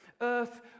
Earth